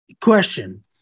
question